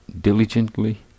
diligently